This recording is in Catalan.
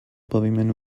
paviment